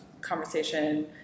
conversation